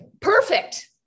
perfect